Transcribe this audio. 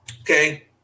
okay